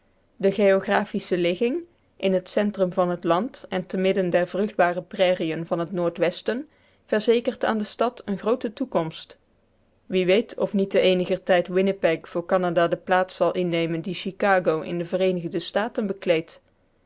de geographische ligging in het centrum van het land en te midden der vruchtbare prairieën van het noordwesten verzekert aan de stad eene groote toekomst wie weet of niet te eeniger tijd winnipeg voor canada de plaats zal innemen die chicago in de vereenigde staten bekleedt